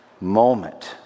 moment